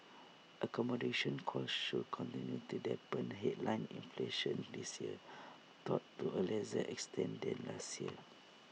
accommodation costs should continue to dampen headline inflation this year though to A lesser extent than last year